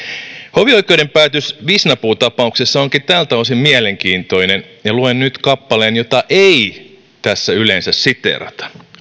hovioikeuden päätös visnapuu tapauksessa onkin tältä osin mielenkiintoinen ja luen nyt kappaleen jota ei tässä yleensä siteerata